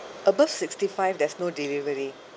above sixty five there's no delivery